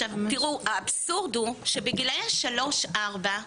עכשיו תראו האבסורד הוא שבגילאי השלוש ארבע,